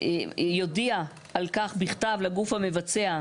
על "יודיע על כך בכתב לגוף המבצע".